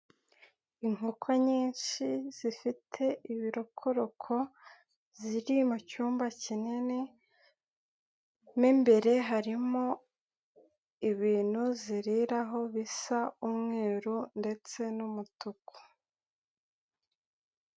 Inkoko nyinshi zifite ibirokoroko, ziri mu cyumba kinini, mo imbere harimo ibintu ziraho bisa umweru ndetse n'umutuku.